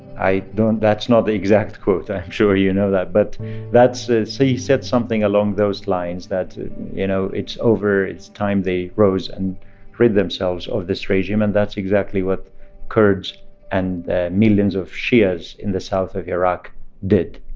i don't that's not the exact quote. i'm sure you know that. but that's he said something along those lines that you know, it's over. it's time they rose and rid themselves of this regime. and that's exactly what kurds and millions of shias in the south of iraq did.